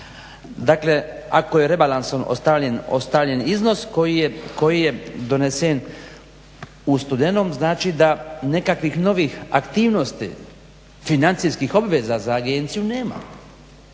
Dakle, ako je rebalansom ostavljen iznos koji je donesen u studenom da nekakvih novih aktivnosti financijskih obveza za agenciju nema